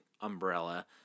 umbrella